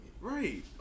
right